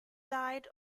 died